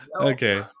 Okay